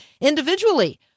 individually